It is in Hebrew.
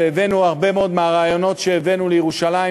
והבאנו הרבה מאוד מהרעיונות שהבאנו לירושלים,